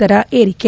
ದರ ಏರಿಕೆ